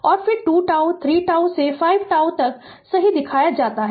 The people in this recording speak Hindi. और फिर 2 τ 3 τ से 5 τ तक सही दिखाया जाता है